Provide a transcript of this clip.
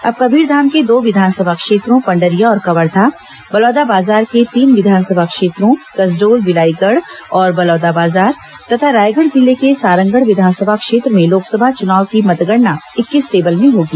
अब कबीरधाम के दो विधानसभा क्षेत्रों पंडरिया और कवर्धा बलौदाबाजार के तीन विधानसभा क्षेत्रों कसडोल बिलाईगढ़ और बलौदाबाजार तथा रायगढ़ जिले के सारंगढ़ विधानसभा क्षेत्र में लोकसभा चुनाव की मतगणना इक्कीस टेबल में होगी